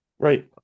Right